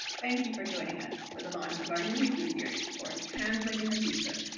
thank you for joining us for the launch of our new weekly series for translating the future,